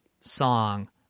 song